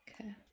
Okay